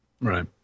Right